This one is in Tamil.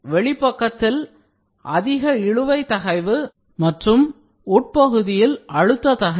வெளிப்பக்கத்தில் அதிக இழுவை தகைவு மற்றும் உட்பகுதியில் அழுத்த தகைவு